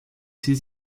sie